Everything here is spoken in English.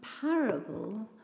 parable